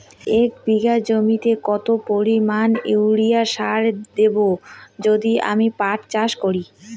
এক বিঘা জমিতে কত পরিমান ইউরিয়া সার দেব যদি আমি পাট চাষ করি?